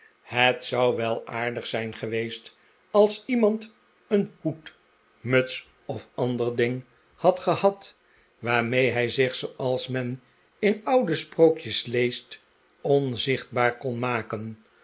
het zou wel aardig zijn geweest als iemand een hoed muts of ander ding had gehad waarmee hij zich zooals men in oude sprookjes leest onzichtbaar kon maken